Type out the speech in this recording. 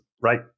Right